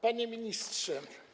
Panie Ministrze!